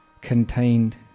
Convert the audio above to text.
contained